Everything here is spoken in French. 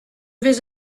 vais